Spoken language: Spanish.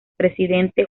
presidente